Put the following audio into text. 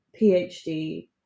phd